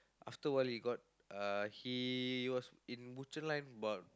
after a while he got uh he was in butcher line about